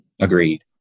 Agreed